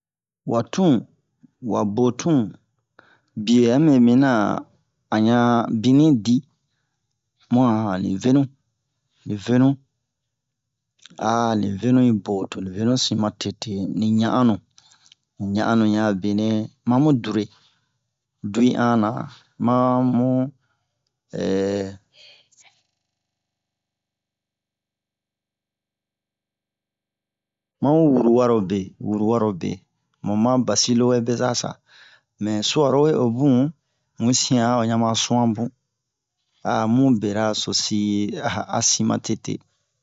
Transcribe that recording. Wa tun wa bo tun biyɛ a mɛ minna an ɲan binin di mu a li veni li venu li venu yi bo to ni venu sin matete ni ɲan'annu ni ɲan'annu ɲan a benɛ mamu dure duwi anna mamu wuruwarobe muma basin lowɛ beza-sa mɛ su'aro we o bun mu yi sin a o ɲan ma sun'an bun a mu berasosi a a sin matete